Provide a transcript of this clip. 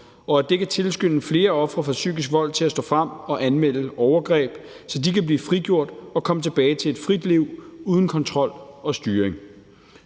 og at det kan tilskynde flere ofre for psykisk vold til at stå frem og anmelde overgreb, så de kan blive frigjort og komme tilbage til et frit liv uden kontrol og styring.